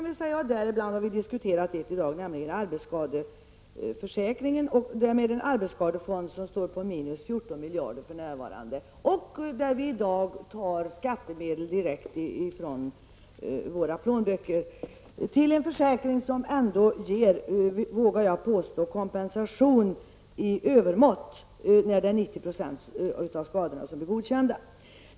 Vi har diskuterat ett av dem i dag, nämligen arbetsskadeförsäkringen, med en arbetsskadefond som för närvarande har ett underskott på 14 miljarder kronor. Vi tar i dag medel direkt från våra plånböcker till denna försäkring, som ger kompensation i övermått -- 90 % av skadorna blir godkända.